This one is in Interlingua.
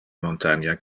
montania